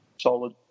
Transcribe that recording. solid